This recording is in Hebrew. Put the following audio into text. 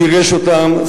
גירש אותם,